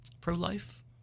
Pro-life